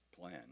plan